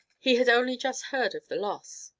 he had only just heard of the loss,